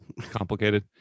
complicated